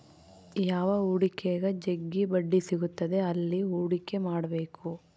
ಯಾವ ಹೂಡಿಕೆಗ ಜಗ್ಗಿ ಬಡ್ಡಿ ಸಿಗುತ್ತದೆ ಅಲ್ಲಿ ಹೂಡಿಕೆ ಮಾಡ್ಬೇಕು